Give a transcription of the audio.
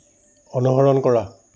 অনুসৰণ কৰা